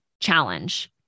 challenge